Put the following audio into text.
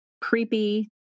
creepy